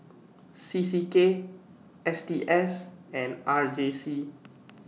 C C K S T S and R J C